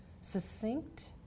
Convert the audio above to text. succinct